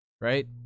Right